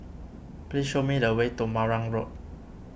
please show me the way to Marang Road